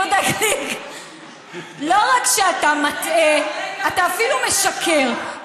אתה אפילו משקר,